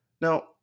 now